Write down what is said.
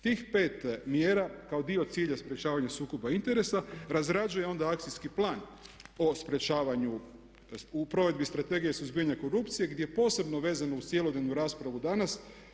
Tih pet mjera kao dio cilja sprječavanja sukoba interesa razrađuje onda Akcijski plan o sprječavanju u provedbi Strategije suzbijanja korupcije gdje je posebno vezano uz cjelodnevnu raspravu danas.